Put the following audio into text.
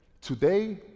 Today